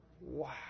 Wow